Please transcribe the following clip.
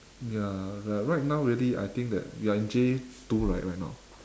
ya right now really I think that you're in J two right right now